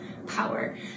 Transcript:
power